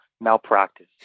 malpractice